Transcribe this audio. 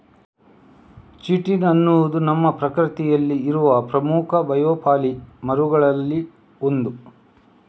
chitin ಅನ್ನುದು ನಮ್ಮ ಪ್ರಕೃತಿಯಲ್ಲಿ ಇರುವ ಪ್ರಮುಖ ಬಯೋಪಾಲಿಮರುಗಳಲ್ಲಿ ಒಂದು